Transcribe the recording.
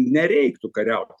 nereiktų kariaut